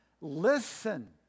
listen